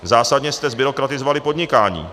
Zásadně jste zbyrokratizovali podnikání.